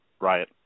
right